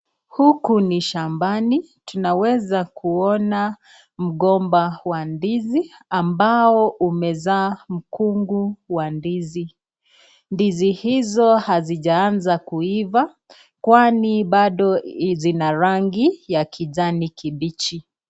Huku ni shambani, tunaweza kuona mgomba wa ndizi ambao umezaa mkungu wa ndizi, ndizi hizo hazijaanza kuiva kwani bado zina rangi ya kijani kibichi.